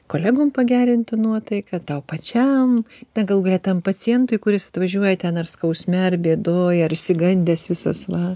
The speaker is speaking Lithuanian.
kolegom pagerintų nuotaiką tau pačiam na galų gale tam pacientui kuris atvažiuoja ten ar skausme ar bėdoj ar išsigandęs visas va